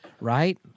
Right